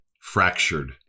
fractured